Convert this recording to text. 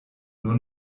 nur